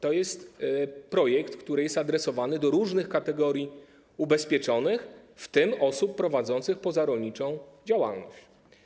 To jest projekt adresowany do różnych kategorii ubezpieczonych, w tym osób prowadzących pozarolniczą działalność.